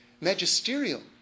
magisterial